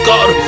God